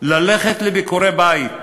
ללכת לביקורי-בית.